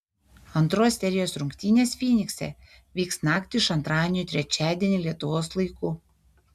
antros serijos rungtynės fynikse vyks naktį iš antradienio į trečiadienį lietuvos laiku